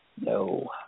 no